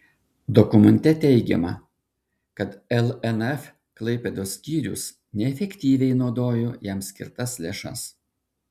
dokumente teigiama kad lnf klaipėdos skyrius neefektyviai naudojo jam skirtas lėšas